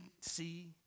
see